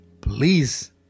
please